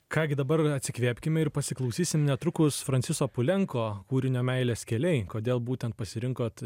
ką gi dabar atsikvėpkime ir pasiklausysim netrukus franciso pulenko kūrinio meilės keliai kodėl būtent pasirinkot